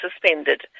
suspended